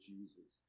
Jesus